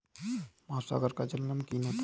महासागर का जल नमकीन होता है